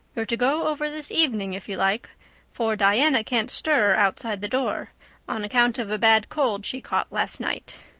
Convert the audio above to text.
you're to go over this evening if you like for diana can't stir outside the door on account of a bad cold she caught last night.